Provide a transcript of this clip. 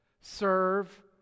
serve